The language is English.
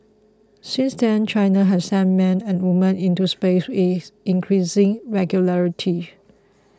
since then China has sent man and woman into space with increasing regularity